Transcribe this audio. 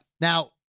Now